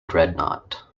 dreadnought